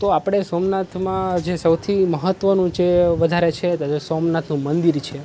તો આપણે સોમનાથમાં જે સૌથી મહત્વનું જે વધારે છે તો એ સોમનાથનું મંદિર છે